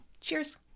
Cheers